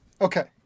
Okay